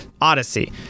Odyssey